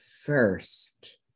first